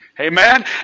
Amen